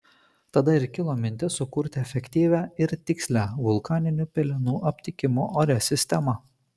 tada ir kilo mintis sukurti efektyvią ir tikslią vulkaninių pelenų aptikimo ore sistemą